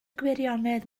gwirionedd